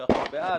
שאנחנו בעד,